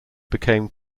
became